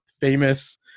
famous